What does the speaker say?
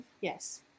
Yes